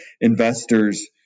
investors